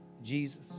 Jesus